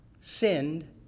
sinned